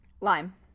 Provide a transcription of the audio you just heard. Lime